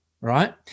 right